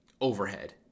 overhead